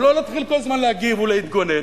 ולא להתחיל כל הזמן להגיב ולהתגונן,